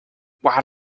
what